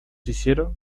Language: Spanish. hicieron